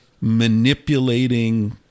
manipulating